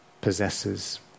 possesses